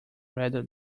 rather